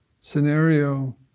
scenario